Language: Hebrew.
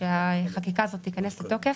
כשהחקיקה הזאת תיכנס לתוקף,